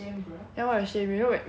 ya what a shame yo~ know whe~ when I